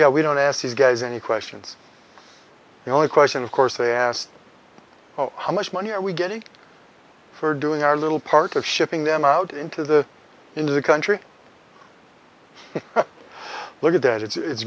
yeah we don't ask these guys any questions the only question of course they asked how much money are we getting for doing our little part of shipping them out into the into the country look at that it's